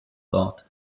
thought